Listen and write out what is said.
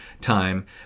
time